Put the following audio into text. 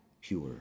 pure